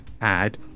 add